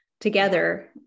together